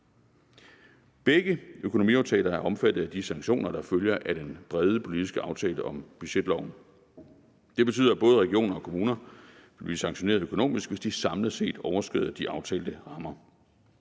Begge økonomiaftaler er omfattet af de sanktioner, der følger af den brede politiske aftale om budgetloven. Det betyder, at både regioner og kommuner vil blive sanktioneret økonomisk, hvis de samlet set overskrider de aftalte rammer.